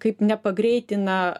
kaip nepagreitina